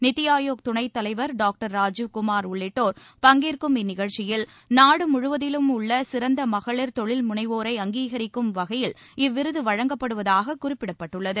நித்தி ஆயோக் துணைத் தலைவர் டாக்டர் ராஜிவ் குமார் உள்ளிட்டோர் பங்கேற்கும் இந்நிகழ்ச்சியில் நாடு முழுவதும் உள்ள சிறந்த மகளிர் தொழில் முனைவோரை அங்கீகரிக்கும் வகையில் இவ்விருது வழங்கப்படுவதாக குறிப்பிடப்பட்டுள்ளது